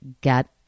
get